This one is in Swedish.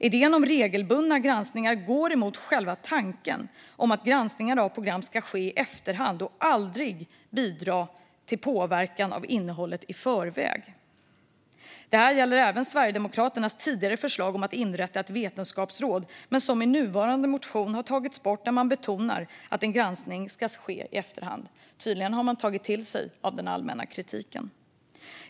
Idéen om regelbundna granskningar går emot själva tanken om att granskningar av program ska ske i efterhand och aldrig bidra till påverkan av innehållet i förväg. Detta gäller även Sverigedemokraternas tidigare förslag om att inrätta ett vetenskapsråd. Det har i nuvarande motion dock tagits bort, och man betonar att en granskning ska ske i efterhand. Man har tydligen tagit till sig av den allmänna kritiken.